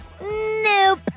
Nope